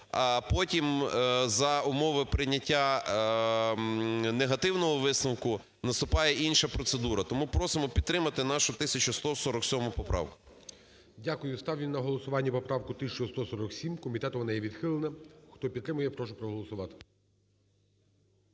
потім, за умови прийняття негативного висновку, наступає інша процедура. Тому просимо підтримати нашу 1147 поправку.